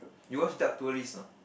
you watch step tourist anot